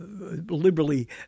liberally